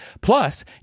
Plus